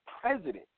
president